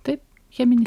taip cheminis